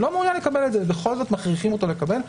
בכל זאת מכריחים אותו לקבל.